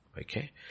Okay